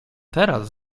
teraz